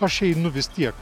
aš einu vis tiek